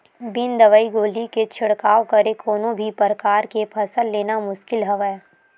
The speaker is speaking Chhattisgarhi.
बिन दवई गोली के छिड़काव करे कोनो भी परकार के फसल लेना मुसकिल हवय